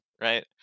right